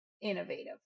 innovative